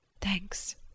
thanks